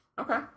Okay